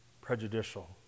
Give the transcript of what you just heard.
prejudicial